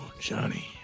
Johnny